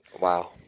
wow